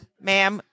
Ma'am